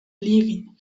leaving